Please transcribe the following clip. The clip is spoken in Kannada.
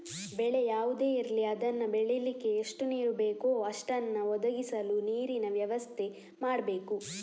ಬೆಳೆ ಯಾವುದೇ ಇರ್ಲಿ ಅದನ್ನ ಬೆಳೀಲಿಕ್ಕೆ ಎಷ್ಟು ನೀರು ಬೇಕೋ ಅಷ್ಟನ್ನ ಒದಗಿಸಲು ನೀರಿನ ವ್ಯವಸ್ಥೆ ಮಾಡ್ಬೇಕು